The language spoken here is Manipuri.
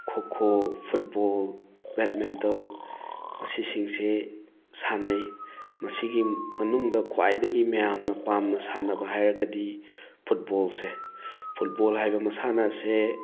ꯈꯣꯈꯣ ꯐꯨꯠꯕꯣꯜ ꯕꯦꯗꯃꯤꯟꯇꯜ ꯃꯁꯤꯁꯤꯡꯁꯦ ꯁꯥꯟꯅꯩ ꯃꯁꯤꯒꯤ ꯃꯅꯨꯡꯗ ꯈ꯭ꯋꯥꯏꯗꯒꯤ ꯃꯌꯥꯝꯅ ꯄꯥꯝꯅ ꯁꯥꯟꯅꯕ ꯍꯥꯏꯔꯒꯗꯤ ꯐꯨꯠꯕꯣꯜꯁꯦ ꯐꯨꯠꯕꯣꯜ ꯍꯥꯏꯕ ꯃꯁꯥꯟꯅ ꯑꯁꯦ